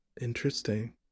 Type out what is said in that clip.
Interesting